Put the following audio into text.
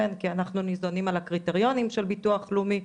כי אנחנו ניזונים על הקריטריונים של ביטוח לאומי,